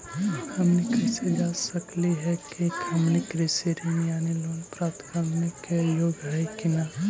हमनी कैसे जांच सकली हे कि हमनी कृषि ऋण यानी लोन प्राप्त करने के योग्य हई कि नहीं?